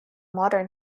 modern